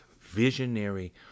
visionary